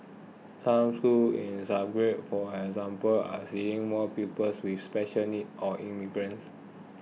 some schools in the suburbs for example are seeing more pupils with special needs or immigrants